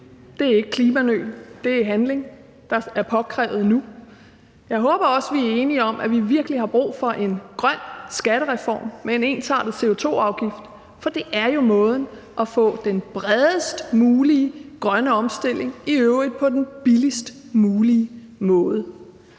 Det er ikke klimanøl, det er handling, der er påkrævet nu. Jeg håber også, vi er enige om, at vi virkelig har brug for en grøn skattereform med en ensartet CO2-afgift, for det er jo måden at få den bredest mulige grønne omstilling på, i øvrigt på den billigst mulige måde.